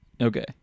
Okay